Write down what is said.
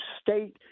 state